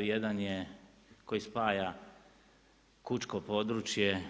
Jedan je koji spaja Kučko područje